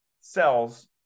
cells